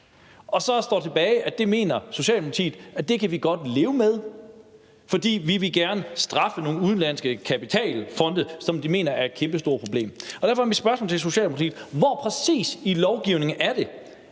Så står der tilbage, at det mener Socialdemokratiet godt at man kan leve med, fordi man gerne vil straffe nogle udenlandske kapitalfonde, som man mener er et kæmpestort problem. Derfor er mit spørgsmål til Socialdemokratiet: Præcis hvor i lovgivningen er det,